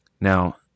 Now